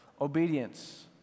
Obedience